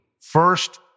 first